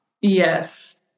Yes